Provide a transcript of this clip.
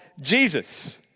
Jesus